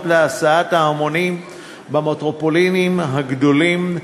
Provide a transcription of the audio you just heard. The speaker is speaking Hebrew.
להסעת ההמונים במטרופולינים הגדולות,